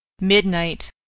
Midnight